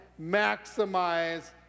maximize